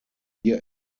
wir